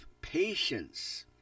patience